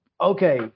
Okay